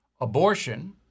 abortion